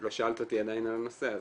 לא שאלת אותי עדיין על הנושא הזה.